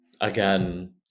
again